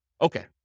Okay